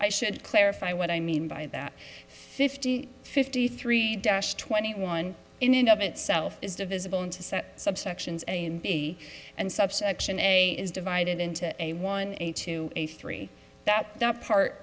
i should clarify what i mean by that fifty fifty three dash twenty one in and of itself is divisible into subsections a and b and subsection a is divided into a one a two a three that that part